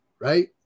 right